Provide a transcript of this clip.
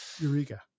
Eureka